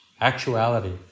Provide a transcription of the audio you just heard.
actuality